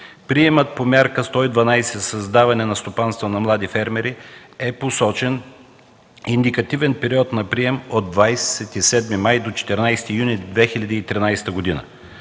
приемът по мярка 112 – създаване на стопанства на млади фермери, е посочен с индикативен период на прием от 27 май до 14 юни 2013 г.